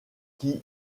qui